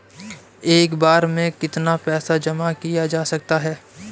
एक बार में कितना पैसा जमा किया जा सकता है?